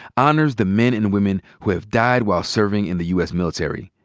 honors the men and women who have died while serving in the u. s. military.